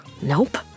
Nope